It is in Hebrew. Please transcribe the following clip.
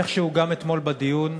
איכשהו גם אתמול בדיון,